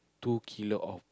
two kilo of